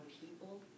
people